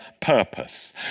purpose